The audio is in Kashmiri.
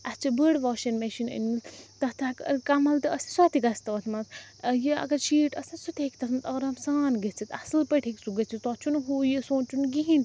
اسہِ چھِ بٔڑ واشِنٛگ مشیٖن أنمٕژ تَتھ ہیٚک ٲں کَمَل تہِ آسہِ سۄ تہِ گژھہِ تَتھ منٛز ٲں یا اَگر شیٖٹ آسہِ سُہ تہِ ہیٚکہِ تَتھ منٛز آرام سان گٔژھِتھ اصٕل پٲٹھۍ ہیٚکہِ سُہ گٔژھتھ تَتھ چھُنہٕ ہُو یہِ سونٛچُن کِہیٖنۍ تہِ